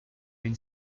une